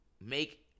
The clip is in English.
make